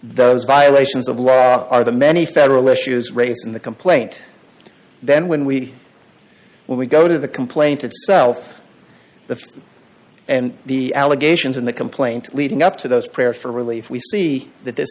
those violations of law are the many federal issues raised in the complaint then when we when we go to the complaint itself the and the allegations in the complaint leading up to those prayer for relief we see that this